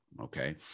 okay